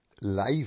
life